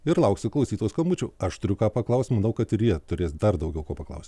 ir lauksiu klausytojų skambučių aš turiu ką paklaust manau kad ir jie turės dar daugiau ko paklaust